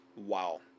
wow